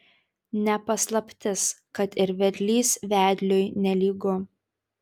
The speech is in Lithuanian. ne paslaptis kad ir vedlys vedliui nelygu